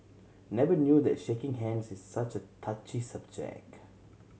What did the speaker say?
never knew that shaking hands is such a touchy subject